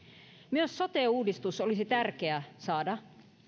myös sote uudistus olisi tärkeä saada